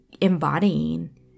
embodying